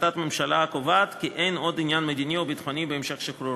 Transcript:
בהחלטת ממשלה הקובעת כי אין עוד עניין מדיני או ביטחוני בהמשך שחרורו.